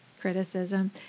criticism